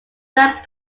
that